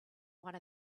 one